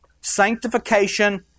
Sanctification